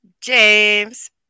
James